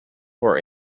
were